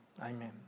amen